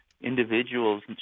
individuals